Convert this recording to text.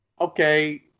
okay